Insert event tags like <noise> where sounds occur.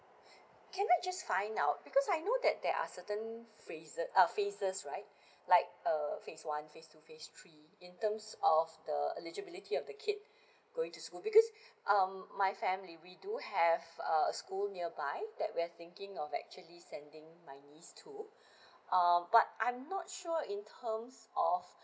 <breath> can I just find out because I know that there are certain phrases uh phases right <breath> like uh phase one phase two phase three in terms of the eligibility of the kid <breath> going to school because <breath> um my family we do have uh a school nearby that we're thinking of actually sending my niece to <breath> um but I'm not sure in terms of